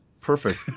Perfect